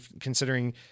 considering